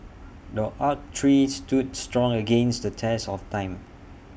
the oak tree stood strong against the test of time